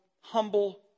humble